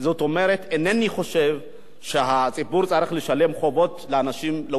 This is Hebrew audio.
אינני חושב שהציבור צריך לשלם חובות לגופים פרטיים,